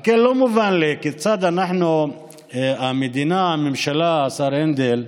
על כן, לא מובן לי כיצד המדינה, הממשלה, השר הנדל,